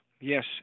yes